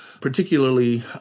particularly